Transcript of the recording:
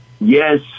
Yes